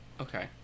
okay